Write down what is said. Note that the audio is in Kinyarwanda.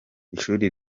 ishuri